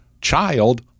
child